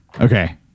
Okay